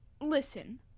listen